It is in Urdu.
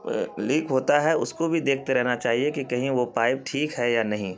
لیک ہوتا ہے اس کو بھی دیکھتے رہنا چاہیے کہ کہیں وہ پائپ ٹھیک ہے یا نہیں